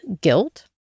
guilt